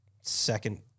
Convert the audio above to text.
second